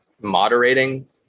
moderating